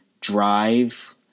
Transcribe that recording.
drive